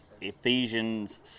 Ephesians